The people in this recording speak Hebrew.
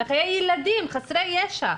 לחיי ילדים חסרי ישע,